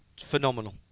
phenomenal